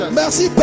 merci